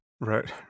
Right